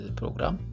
program